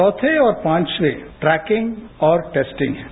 चौथे और पांचवें ट्रैकिंग और टेस्टिंग है